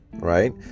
right